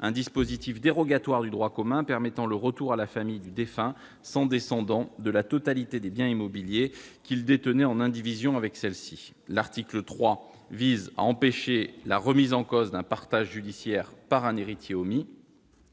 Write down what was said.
un dispositif dérogatoire du droit commun permettant le retour à la famille du défunt sans descendant de la totalité des biens immobiliers qu'il détenait en indivision avec celle-ci. L'article 3 a pour objet d'empêcher la remise en cause d'un partage judiciaire par un héritier omis.